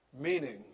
Meaning